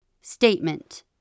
Statement